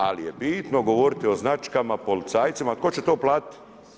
Ali je bitno govoriti o značkama, policajcima, tko će to platiti?